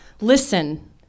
listen